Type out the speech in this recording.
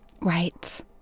right